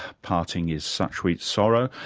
parting is such sweet sorrow,